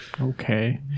Okay